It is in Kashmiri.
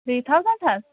ترٛی تھاوزَنٛٹ حظ